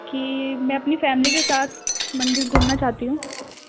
کہ میں اپنی فیملی کے ساتھ مندر گھومنا چاہتی ہوں